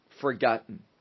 forgotten